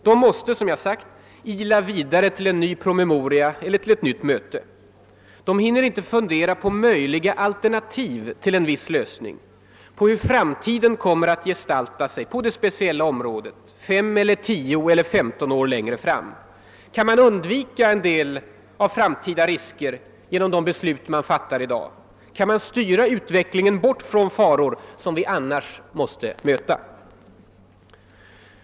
De måste, som jag sagt, ila vidare till en ny promemoria eller till ett nytt möte. De hinner inte fundera på möjliga alternativ till en viss lösning, på frågan hur framtiden kommer att gestalta sig på ett speciellt område om 5, 10 eller 15 år. Kan man undvika en del av framtida risker genom de beslut man fattar i dag? Kan man styra utvecklingen bort från faror som vi annars måste möta?